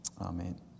Amen